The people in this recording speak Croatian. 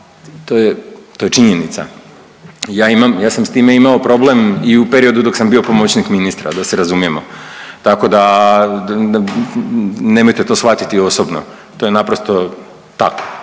to je činjenica. Ja imam, ja sam s time imao problem i u periodu dok sam bio pomoćnik ministra da se razumijemo. Tako da nemojte to shvatiti osobno to je naprosto tako.